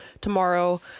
tomorrow